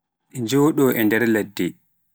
ɗi njooɗe e nder ladde.